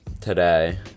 today